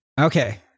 Okay